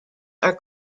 are